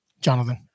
Jonathan